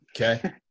okay